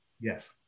yes